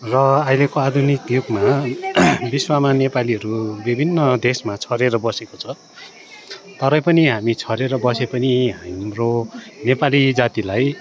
र अहिलेको आधुनिक युगमा विश्वमा नेपालीहरू विभिन्न देशमा छरेर बसेको छ तरै पनि हामी छरेर बसे पनि हाम्रो नेपाली जातिलाई